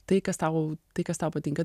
tai kas tau tai kas tau patinka